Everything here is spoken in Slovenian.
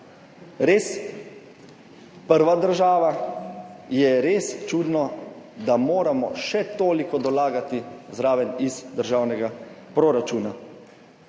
prva država, je res čudno, da moramo še toliko dolagati zraven iz državnega proračuna.